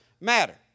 matter